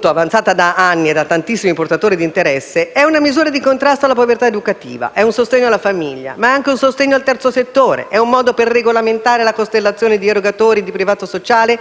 avanzata da anni da tantissimi portatori di interesse, è una misura di contrasto alla povertà educativa, è un sostegno alla famiglia, ma è anche un sostegno al terzo settore, è un modo per regolamentare la costellazione di erogatori del privato sociale,